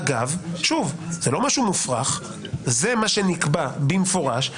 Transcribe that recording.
אגב, שוב זה לא משהו מופרך, זה מה שנקבע במפורש.